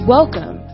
Welcome